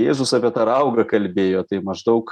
jėzus apie tą raugą kalbėjo tai maždaug